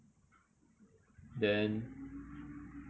then